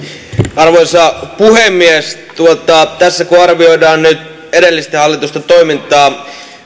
arvoisa puhemies tässä kun arvioidaan nyt edellisten hallitusten toimintaa